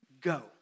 go